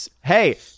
Hey